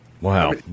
Wow